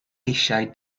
eisiau